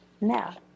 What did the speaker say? Now